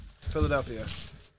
Philadelphia